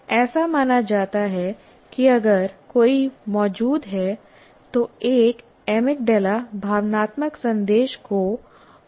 ऐसा माना जाता है कि अगर कोई मौजूद है तो एक अमिगडाला भावनात्मक संदेश को कूटलेखन करता है